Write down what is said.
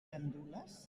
gandules